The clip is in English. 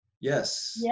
Yes